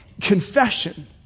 Confession